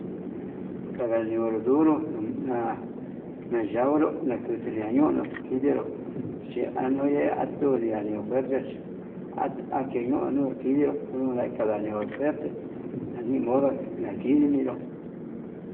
Kada niuru nduru na'a yauru na'a ndutuña yunuu, kinero chi anuu ye'e tu nianu fuerte ake akeñunu kiñenró, ndudunio kanda niounró njuerte ya nimodo ñakineró.